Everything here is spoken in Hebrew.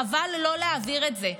וחבל לא להעביר את זה.